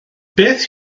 beth